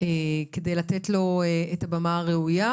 כדי לתת לו את הבמה הראויה,